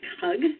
hug